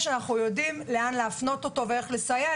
אנחנו יודעים לאן להפנות אותו ואיך לסייע.